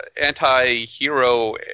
anti-hero